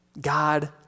God